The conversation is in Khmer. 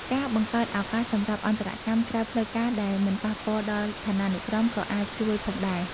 ការបង្កើតឱកាសសម្រាប់អន្តរកម្មក្រៅផ្លូវការដែលមិនប៉ះពាល់ដល់ឋានានុក្រមក៏អាចជួយផងដែរ។